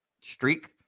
streak